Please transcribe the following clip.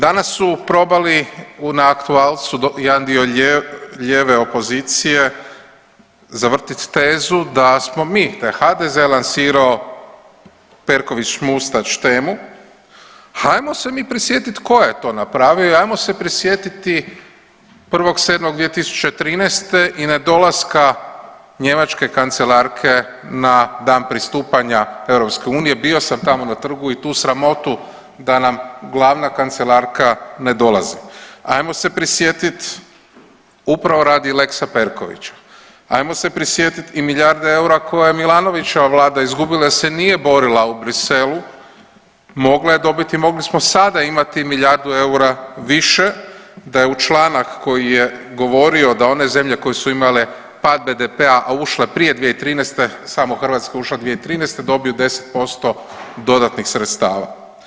Danas su probali na aktualcu jedan dio lijeve opozicije zavrtit tezu da smo mi, da je HDZ lansirao Perković-Mustač temu, hajmo se mi prisjetit tko je to napravio i ajmo se prisjetiti 1.7.2013. i nedolaska njemačke kancelarke na dan pristupanja EU, bio sam tamo na trgu i tu sramotu da nam glavna kancelarka ne dolazi, ajmo se prisjetit upravo radi lexa Perkovića, ajmo se prisjetit i milijarde eura koje je Milanovićeva vlada izgubila jer se nije borila u Briselu, mogla je dobiti, mogli smo sada imati milijardu eura više da je u članak koji je govorio da one zemlje koje su imale pad BDP-a, a ušle prije 2013., samo Hrvatska je ušla 2013., dobiju 10% dodatnih sredstava.